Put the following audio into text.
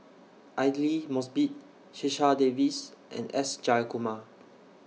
Aidli Mosbit Checha Davies and S Jayakumar